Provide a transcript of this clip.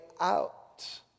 out